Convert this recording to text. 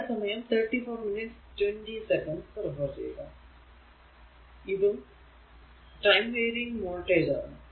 ഇതും time varying voltage ആണ്